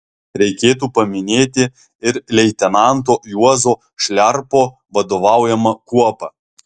reikėtų paminėti ir leitenanto juozo šliarpo vadovaujamą kuopą